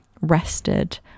rested